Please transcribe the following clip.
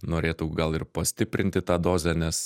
norėtų gal ir pastiprinti tą dozę nes